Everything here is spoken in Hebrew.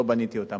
לא אני בניתי אותם.